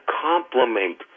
compliment